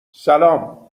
سلام